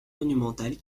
monumental